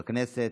כאן בכנסת.